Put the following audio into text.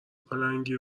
پلنگی